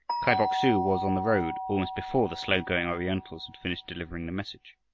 kai bok-su was on the road almost before the slow-going orientals had finished delivering the message.